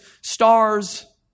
stars